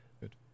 Good